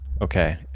Okay